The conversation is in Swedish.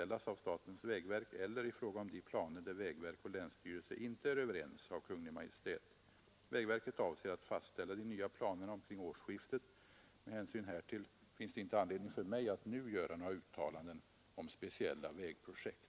las av statens vägverk eller i fråga om de planer där vägverk och länsstyrelse inte är överens — av Kungl. Maj:t. Vägverket avser att fastställa de nya planerna omkring årsskiftet. Med hänsyn härtill finns det inte anledning för mig att nu göra några uttalanden om speciella vägprojekt.